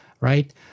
right